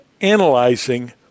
analyzing